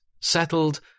settled